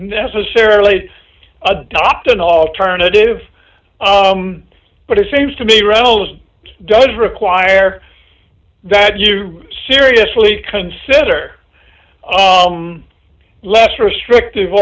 necessarily adopt an alternative but it seems to me rose doesn't require that you seriously consider less restrictive